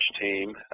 team